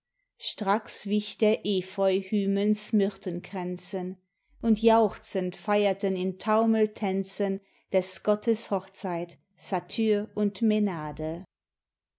stracks wich der epheu hymens myrthenkränzen und jauchzend feierten in taumeltänzen des gottes hochzeit satyr und